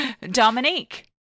Dominique